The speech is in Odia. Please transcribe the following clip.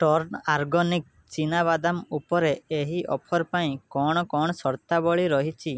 ଟର୍ନ୍ ଆର୍ଗନିକ୍ ଚିନା ବାଦାମ ଉପରେ ଏହି ଅଫର୍ ପାଇଁ କ'ଣ କ'ଣ ସର୍ତ୍ତାବଳୀ ରହିଛି